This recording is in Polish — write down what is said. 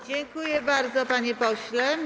Dziękuję bardzo, panie pośle.